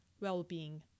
well-being